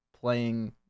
playing